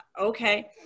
okay